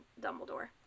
Dumbledore